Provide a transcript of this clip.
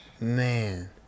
Man